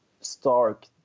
stark